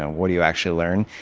what do you actually learn.